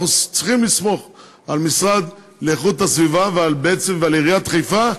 אנחנו צריכים לסמוך על המשרד להגנת הסביבה ועל עיריית חיפה,